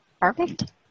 Perfect